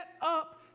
up